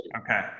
Okay